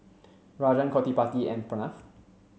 Rajan Gottipati and Pranav